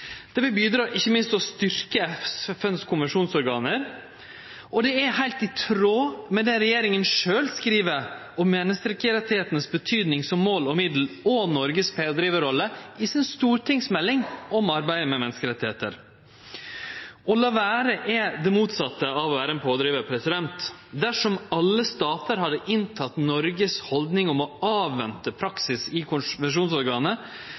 Det vil ikkje minst bidra til å styrkje FNs konvensjonsorgan, og det er heilt i tråd med det regjeringa sjølv skriv om betydninga til menneskerettane som mål og middel – og Noregs pådrivarrolle – i stortingsmeldinga om arbeidet med menneskerettar. Å la vere er det motsette av å vere ein pådrivar. Dersom alle statar hadde inntatt Noregs haldning om å avvente